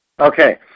Okay